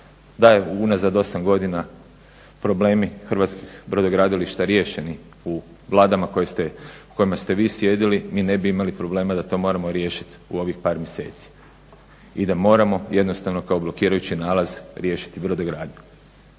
Da je unazad osam godina problemi hrvatskih brodogradilišta riješeni u Vladama u kojima ste vi sjedili, mi ne bi imali problema da to moramo riješit u ovih par mjeseci i da moramo jednostavno kao blokirajući nalaz riješiti brodogradnju.